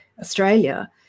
Australia